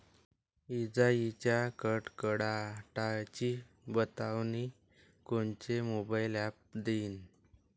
इजाइच्या कडकडाटाची बतावनी कोनचे मोबाईल ॲप देईन?